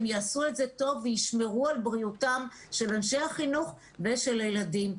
הם יעשו את זה טוב וישמרו על בריאותם של אנשי החינוך ושל הילדים.